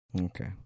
Okay